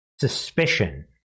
suspicion